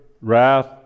wrath